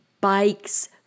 bikes